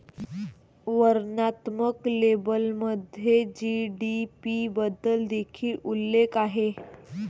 वर्णनात्मक लेबलमध्ये जी.डी.पी बद्दल देखील उल्लेख आहे